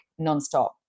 nonstop